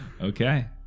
okay